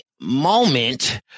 moment